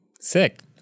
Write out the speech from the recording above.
Sick